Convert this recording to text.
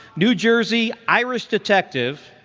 new jersey irish detective,